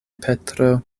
petro